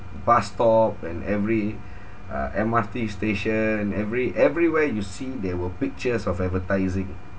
bus stop and every uh M_R_T station every~ everywhere you see there were pictures of advertising